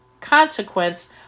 consequence